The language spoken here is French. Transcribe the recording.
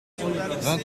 vingt